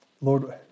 Lord